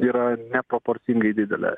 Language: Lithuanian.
yra neproporcingai didelė